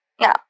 Now